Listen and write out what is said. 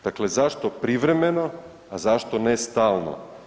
Dakle, zašto privremeno, a zašto ne stalno?